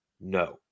no